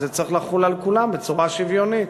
אז זה צריך לחול על כולם בצורה שוויונית,